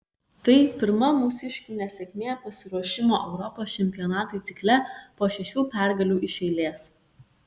tai pirma mūsiškių nesėkmė pasiruošimo europos čempionatui cikle po šešių pergalių iš eilės